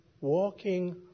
walking